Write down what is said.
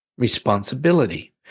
Responsibility